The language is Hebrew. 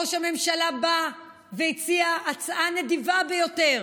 ראש הממשלה בא והציע הצעה נדיבה ביותר